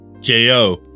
J-O